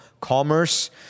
commerce